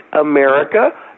America